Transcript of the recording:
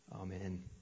Amen